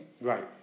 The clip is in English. Right